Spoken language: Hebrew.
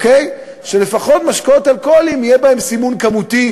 כך שלפחות במשקאות אלכוהוליים יהיה סימון כמותי.